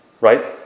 right